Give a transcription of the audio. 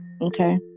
okay